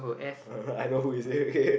I know who is it okay